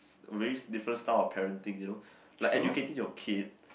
really different style of parenting you know like educating your kid